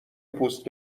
پوست